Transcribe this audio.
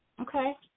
Okay